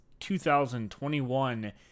2021